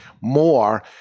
more